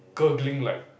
gurgling like